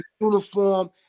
uniform